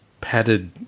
padded